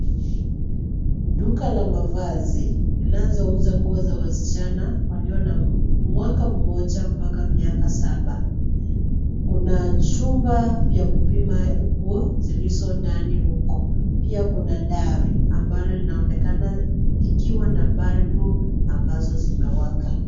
Duka la mavazi linazouza nguo za wasichana waliyo na mwaka moja mpaka miaka saba. Kuna chumba cha kupima nguo zilizo ndani huko. Pia kuna dari ambalo linaonekana ikiwa na balbu ambazo zimewaka.